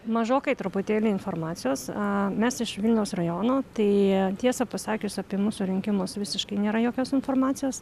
mažokai truputėlį informacijos a mes iš vilniaus rajono tai tiesą pasakius apie mūsų rinkimus visiškai nėra jokios informacijos